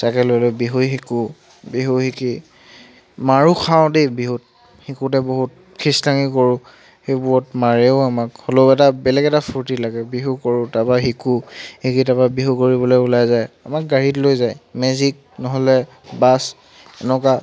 cycle লৈ লৈ বিহু শিকোঁ বিহু শিকি মাৰো খাওঁ দেই বিহুত শিকোঁতে বহুত ফিছলামি কৰোঁ সেইবোৰত মাৰেও আমাক হ'লেও এটা বেলেগ এটা ফূৰ্ত্তি লাগে বিহু কৰোঁ তাপা শিকোঁ সেইকেইটাৰ পৰা বিহু কৰিবলৈ ওলাই যায় আমাক গাড়ীত লৈ যায় মেজিক নহ'লে বাছ এনেকুৱা